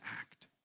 act